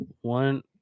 one